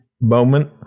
moment